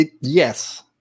Yes